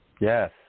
Yes